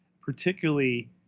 particularly